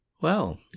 Well